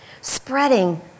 spreading